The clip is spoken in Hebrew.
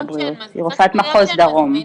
כן, אבל צריך דמויות שהן מזמינות.